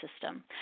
system